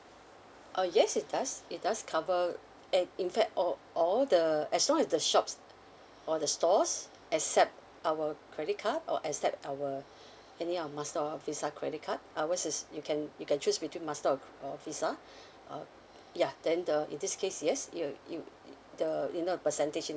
oh yes it does it does cover and in fact all all the as long as the shops or the stores accept our credit card or accept our any of our master or visa credit card ours is you can you can choose between master or or visa uh ya then the in this case yes it'll you the you know the percentage in